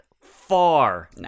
far